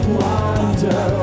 wonder